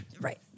right